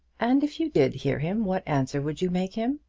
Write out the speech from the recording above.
and if you did hear him, what answer would you make him?